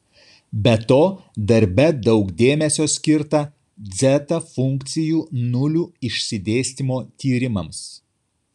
be to darbe daug dėmesio skirta dzeta funkcijų nulių išsidėstymo tyrimams